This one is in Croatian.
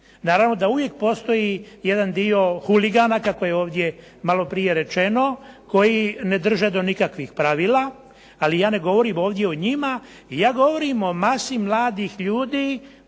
Naravno da uvijek postoji jedan dio huligana kako je ovdje malo prije rečeno koji ne drže do nikakvih pravila, ali ja ne govorim ovdje o njima, ja govorim o masi mladih ljudi